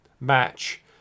match